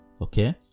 Okay